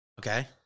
Okay